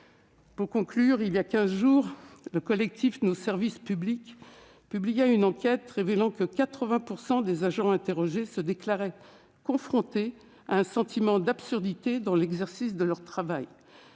Pour conclure, il y a quinze jours, le collectif Nos services publics publiait une enquête dans laquelle 80 % des agents interrogés se déclaraient « confrontés à un sentiment d'absurdité dans l'exercice de leur travail